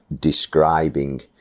describing